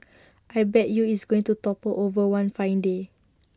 I bet you it's going to topple over one fine day